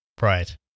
Right